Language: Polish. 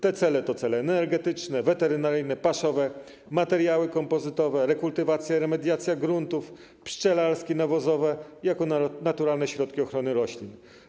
Te cele to cele energetyczne, weterynaryjne, paszowe, związane z materiałami kompozytowymi, rekultywacja i remediacja gruntów, cele pszczelarskie i nawozowe - tu jako naturalne środki ochrony roślin.